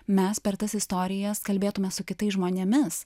mes per tas istorijas kalbėtume su kitais žmonėmis